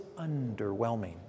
underwhelming